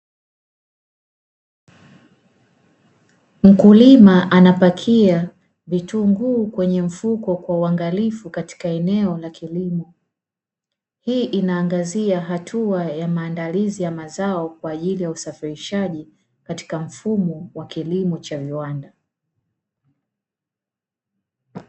Mkulima anapakia vitunguu kwenye mfuko kwa uangalifu katika eneo la kilimo. Hii inaangazia hatua ya maandalizi ya mazao kwa ajili ya usafirishaji katika mfumo wa kilimo cha viwanda.